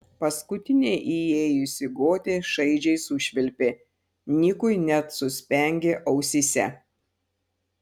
paskutinė įėjusi gotė šaižiai sušvilpė nikui net suspengė ausyse